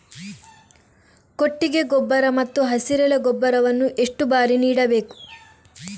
ಕೊಟ್ಟಿಗೆ ಗೊಬ್ಬರ ಮತ್ತು ಹಸಿರೆಲೆ ಗೊಬ್ಬರವನ್ನು ಎಷ್ಟು ಬಾರಿ ನೀಡಬೇಕು?